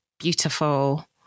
beautiful